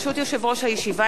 ברשות יושב-ראש הישיבה,